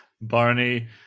Barney